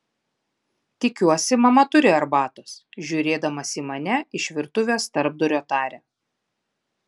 tikiuosi mama turi arbatos žiūrėdamas į mane iš virtuvės tarpdurio taria